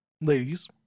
ladies